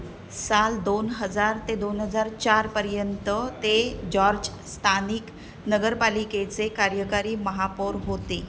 साल दोन हजार ते दोन हजार चारपर्यंत ते जॉर्ज स्थानिक नगरपालिकेचे कार्यकारी महापौर होते